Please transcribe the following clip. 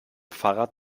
fahrrad